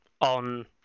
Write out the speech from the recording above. on